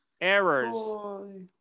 errors